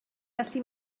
gallu